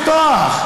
חייבו אותו לפתוח.